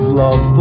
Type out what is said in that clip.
love